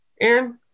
Aaron